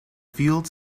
field